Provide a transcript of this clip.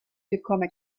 become